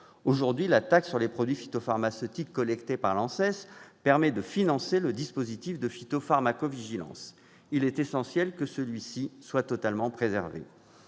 Aujourd'hui, la taxe sur les produits phytopharmaceutiques, collectée par l'ANSES, permet de financer le dispositif de phytopharmacovigilance. Il est essentiel que celui-ci soit totalement préservé.